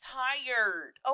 tired